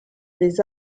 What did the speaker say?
des